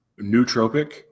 nootropic